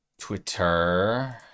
twitter